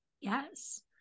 Yes